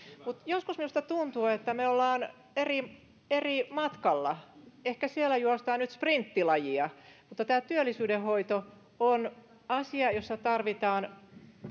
mutta joskus minusta tuntuu että me olemme eri eri matkalla ehkä siellä juostaan nyt sprinttilajia mutta tämä työllisyyden hoito on asia jossa tarvitaan